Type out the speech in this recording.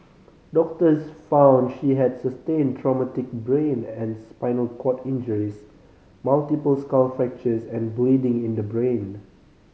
doctors found she had sustained traumatic brain and spinal cord injuries multiple skull fractures and bleeding in the brain